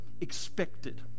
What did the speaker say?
expected